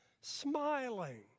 smiling